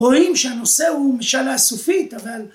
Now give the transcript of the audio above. רואים שהנושא הוא משאלה סופית אבל